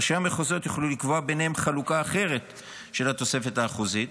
ראשי המחוזות יוכלו לקבוע ביניהם חלוקה אחרת של התוספת האחוזית,